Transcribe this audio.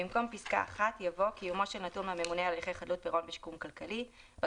במקום פסקה (1) יבוא: "(1) קיומו של נתון מהממונה על הליכי